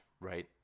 right